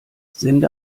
sende